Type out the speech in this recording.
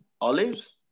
olives